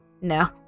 No